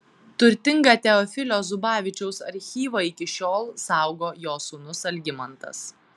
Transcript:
turtingą teofilio zubavičiaus archyvą iki šiol saugo jo sūnus algimantas